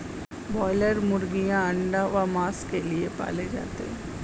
broiler मुर्गीयां अंडा व मांस के लिए पाले जाते हैं